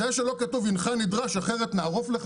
זה שלא כתוב "הנך נדרש אחרת נערוף לך